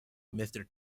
mister